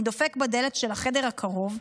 אני דופק בדלת של החדר הקרוב,